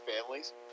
families